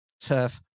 turf